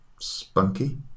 spunky